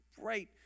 right